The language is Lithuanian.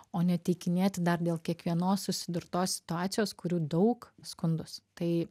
o neteikinėti dar dėl kiekvienos susidurtos situacijos kurių daug skundus tai